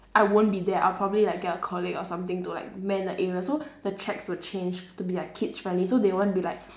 I won't be there I'll probably like get a colleague or something to like mend the area so the tracks will change to be like kids friendly so they won't be like